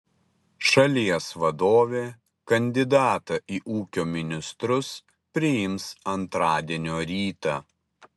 šalies vadovė kandidatą į ūkio ministrus priims antradienio rytą